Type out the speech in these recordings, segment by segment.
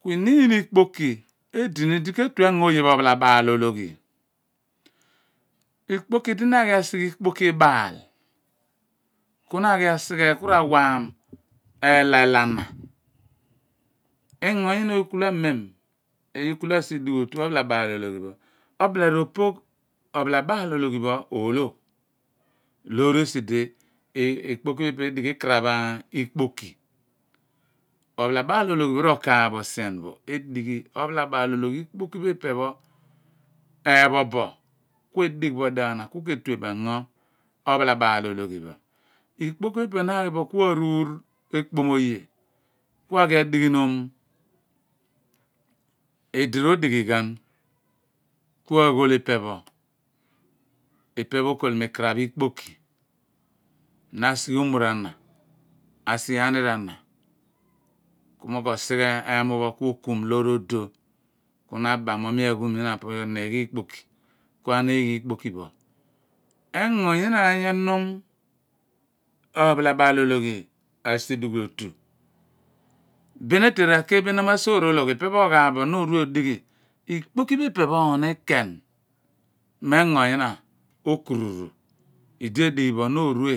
Kui niin ikpoki edini di ke tee engo oye opha la baal ologhi ikpoki di na aghi asighe ilepoki ibaal ku na aghi a sighe ku rawham ela na engo myina oony amem inya kula asi du ghul otu obaalotoghi pho ropoogh ophala baal ologhi pho olo loor esi di ikpoki pho ipe edighi ikraph ikpoki ophalabaal ologhi pho rokaaph bo sien pho edighi opalababal ologhi esi. ikpoki pho ipepho epho boogh kue digh bo dighaagh ana kuke tue bo engo opha la baal ologhipho ikpoki pho ipe naghi bo kua ruur ekpom oye kua ghi adighiman idi rodig hi ghan kua ghoi epe pho ipe pho okool mo ikaraph ikpoki nasighe umor ana asi ghe aniir ana mo kosighe emupho kuo kuim loor odoh kua pa ba mo miaghem ina pho niighi ikpoki kuna kum engo nyina enum ophala baal ologhi asidighiel otu bin etan reki namasoor oloogh ipe nanyina eghaaph bo naorue odighi mo engo, nyina okuru ru idi edighi bour no rue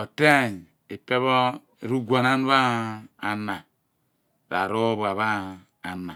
oteeny ruguaa naan pho ana ra rupua pho ana